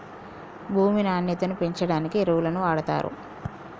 భూమి నాణ్యతను పెంచడానికి ఎరువులను వాడుతారు